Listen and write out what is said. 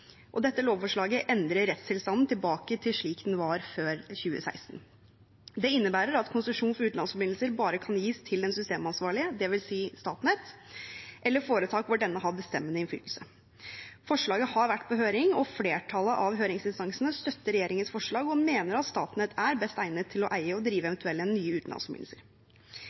og dette lovforslaget endrer rettstilstanden tilbake til slik den var før 2016. Det innebærer at konsesjon for utenlandsforbindelser bare kan gis til den systemansvarlige, dvs. Statnett, eller foretak hvor denne har bestemmende innflytelse. Forslaget har vært på høring, og flertallet av høringsinstansene støtter regjeringens forslag og mener at Statnett er best egnet til å eie og drive eventuelle nye utenlandsforbindelser.